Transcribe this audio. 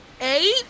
Eight